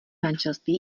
manželství